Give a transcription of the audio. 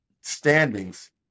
standings